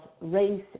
race